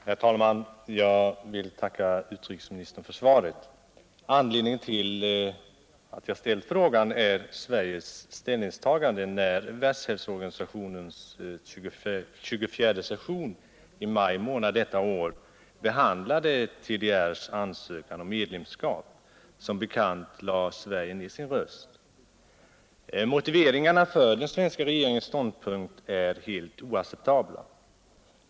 Herr talman! Jag vill tacka utrikesministern för svaret. Anledningen till att jag har ställt frågan är Sveriges ställningstagande, när WHO:s 24:e session i maj detta år behandlade TDR:s ansökan om medlemskap. Som bekant lade Sverige ned sin röst. Motiveringarna för den svenska regeringens ståndpunkt är helt oacceptabla.